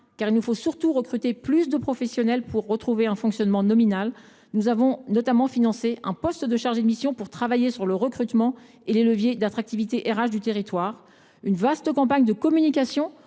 car il nous faut surtout recruter plus de professionnels pour retrouver un fonctionnement normal, nous avons financé notamment un poste de chargé de mission pour travailler sur le recrutement et les leviers d’attractivité RH du territoire. Une vaste campagne de communication